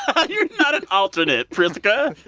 um you're not an alternate, priska.